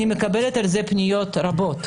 אני מקבלת על זה פניות רבות,